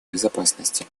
безопасности